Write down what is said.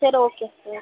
sir okay sir